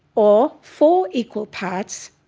or four equal parts.